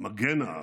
מגן הארץ.